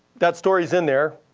that story's in there,